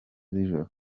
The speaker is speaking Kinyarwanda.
z’ijoro